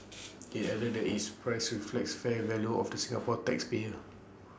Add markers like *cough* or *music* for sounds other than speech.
*noise* IT added that its price reflects fair value of the Singaporean tax payer